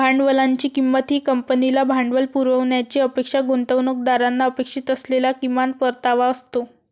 भांडवलाची किंमत ही कंपनीला भांडवल पुरवण्याची अपेक्षा गुंतवणूकदारांना अपेक्षित असलेला किमान परतावा असतो